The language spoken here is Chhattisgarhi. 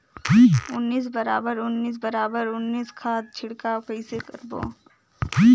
उन्नीस बराबर उन्नीस बराबर उन्नीस खाद छिड़काव कइसे करबो?